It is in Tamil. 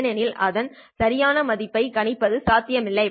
ஏனெனில் அதன் சரியான மதிப்பை கணிப்பது சாத்தியமில்லை